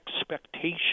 expectation